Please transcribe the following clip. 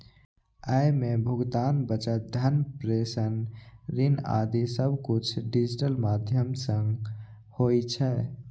अय मे भुगतान, बचत, धन प्रेषण, ऋण आदि सब किछु डिजिटल माध्यम सं होइ छै